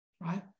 right